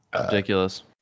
Ridiculous